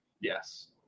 Yes